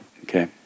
okay